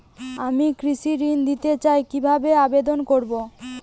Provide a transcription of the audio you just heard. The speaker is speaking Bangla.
আমি কৃষি ঋণ নিতে চাই কি ভাবে আবেদন করব?